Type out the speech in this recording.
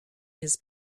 his